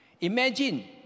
Imagine